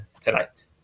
tonight